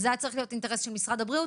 זה היה צריך להיות אינטרס של משרד הבריאות.